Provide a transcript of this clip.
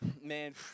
man